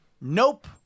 Nope